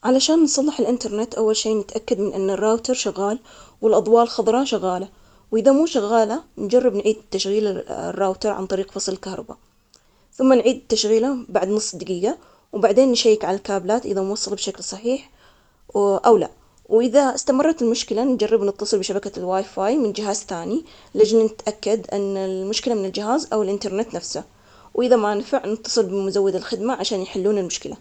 علشان نصلح الإنترنت، أول شي نتأكد من أن الراوتر شغال، والأظواء الخضرا شغالة، وإذا مو شغالة نجرب نعيد تشغيل الراوتر عن طريق فصل الكهرباء، ثم نعيد تشغيله بعد نص دجيجة وبعدين نشيك على الكابلات، إذا موصله بشكل صحيح أو لأ، وإذا إستمرت المشكلة نجرب نتصل بشبكة الواي فاي من جهاز تاني لجم نتأكد أن المشكلة من الجهاز أو الإنترنت نفسه، وإذا ما نفع نتصل بمزود الخدمة عشان يحلون المشكلة.